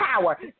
power